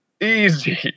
Easy